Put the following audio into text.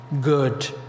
good